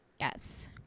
yes